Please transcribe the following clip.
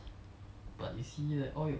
like in a sense